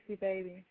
baby